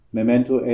Memento